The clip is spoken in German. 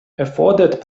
erfordert